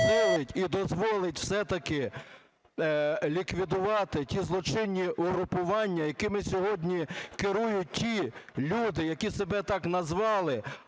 посилить і дозволить все-таки ліквідувати ті злочинні угрупування, якими сьогодні керують ті люди, які себе так назвали,